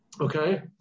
Okay